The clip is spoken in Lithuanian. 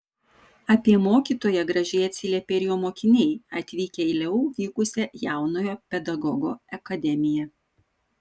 apie mokytoją gražiai atsiliepė ir jo mokiniai atvykę į leu vykusią jaunojo pedagogo akademiją